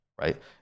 right